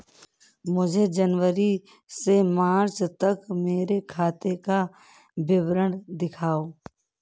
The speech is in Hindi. मुझे जनवरी से मार्च तक मेरे खाते का विवरण दिखाओ?